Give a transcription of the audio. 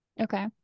Okay